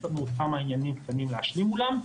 יש לנו עוד כמה עניינים קטנים להשלים מולם,